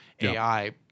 AI